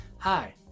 Hi